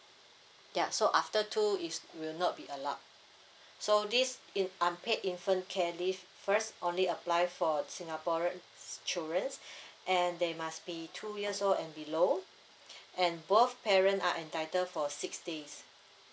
ya so after two is will not be allowed so this in unpaid infant care leave first only apply for singaporean children's and they must be two years old and below and both parent are entitled for six days